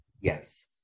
Yes